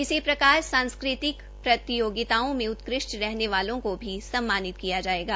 इसी प्रकार सांस्कृतिक प्रतियोगिताओं में उत्कृष्ट रहने वालों को भी सम्मानित किया जाएगा